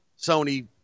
Sony-